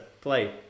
play